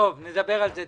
בסיכום נדבר על זה.